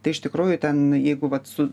tai iš tikrųjų ten jeigu vat su